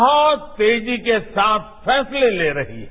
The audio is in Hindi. बहुत तेजी के साथ फैसले ले रही है